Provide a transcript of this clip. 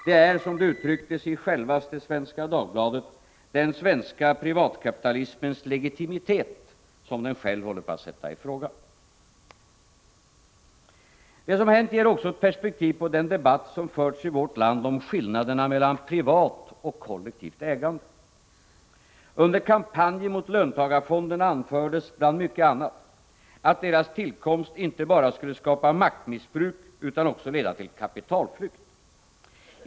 Det är, som det uttrycktes i självaste Svenska Dagbladet, den svenska privatkapitalismens legitimitet som den själv håller på att sätta i fråga. Det som har hänt ger också ett perspektiv på den debatt som förts i vårt land om skillnaderna mellan privat och kollektivt ägande. Under kampanjen mot löntagarfonderna anfördes, bland mycket annat, att deras tillkomst inte bara skulle skapa maktmissbruk utan också leda till kapitalflykt.